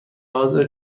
حاضر